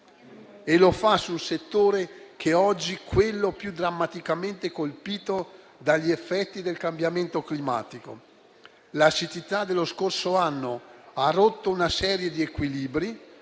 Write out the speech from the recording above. e lo fa sul settore che oggi è quello più drammaticamente colpito dagli effetti del cambiamento climatico. La siccità dello scorso anno ha rotto una serie di equilibri,